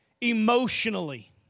emotionally